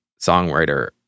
songwriter